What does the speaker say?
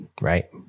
right